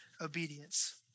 obedience